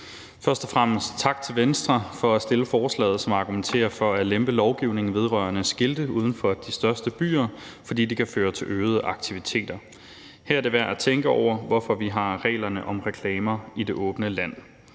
Først og fremmest tak til Venstre for at fremsætte forslaget, som argumenterer for at lempe lovgivningen vedrørende skilte uden for de største byer, fordi det kan føre til øgede aktiviteter. Her er det værd at tænke over, hvorfor vi har reglerne om reklamer i det åbne land.